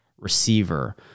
Receiver